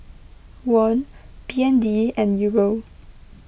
Won B N D and Euro